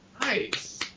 Nice